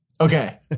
Okay